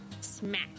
Smack